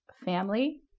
family